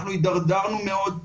אנחנו הידרדרנו מאוד,